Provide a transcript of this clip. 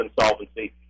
insolvency